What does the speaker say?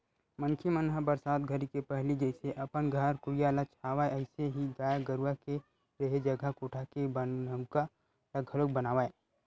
मनखे मन ह बरसात घरी के पहिली जइसे अपन घर कुरिया ल छावय अइसने ही गाय गरूवा के रेहे जघा कोठा के बनउका ल घलोक बनावय